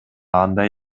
андай